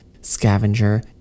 scavenger